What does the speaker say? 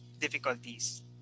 difficulties